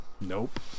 Nope